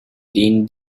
din